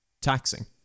taxing